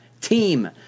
team